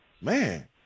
man